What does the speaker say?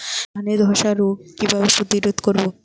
ধানে ধ্বসা রোগ কিভাবে প্রতিরোধ করব?